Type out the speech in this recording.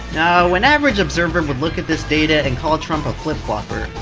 now, when average observer would look at this data and call trump a flip-flopper,